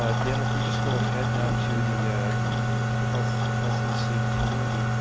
ah dale if we just go ahead now to the healthy healthy and safe community.